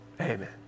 Amen